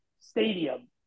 Stadium